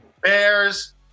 BEARS